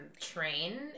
train